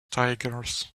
tigers